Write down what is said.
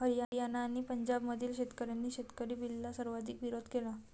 हरियाणा आणि पंजाबमधील शेतकऱ्यांनी शेतकरी बिलला सर्वाधिक विरोध केला